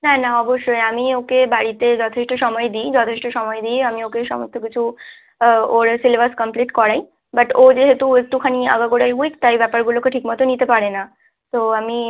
না না অবশ্যই আমি ওকে বাড়িতে যথেষ্ট সময় দিই যথেষ্ট সময় দিয়েই আমি ওকে সমস্ত কিছু ওর সিলেবাস কমপ্লিট করাই বাট ও যেহেতু একটুখানি আগাগোড়াই উইক তাই ব্যাপারগুলোকে ঠিকমতো নিতে পারে না তো আমি